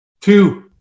Two